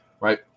right